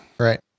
Right